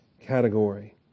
category